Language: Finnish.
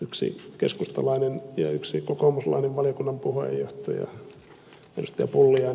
yksi keskustalainen ja yksi kokoomuslainen valiokunnan puheenjohtaja ed